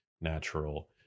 natural